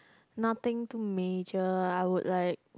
nothing too major I would like